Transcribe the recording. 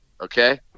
Okay